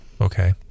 okay